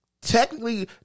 Technically